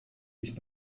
dich